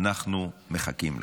אנחנו מחכים לך.